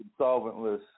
solventless